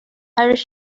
irish